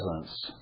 presence